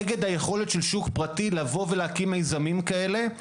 נגד היכולת של שוק פרטי להקים מיזמים כאלה.